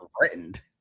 threatened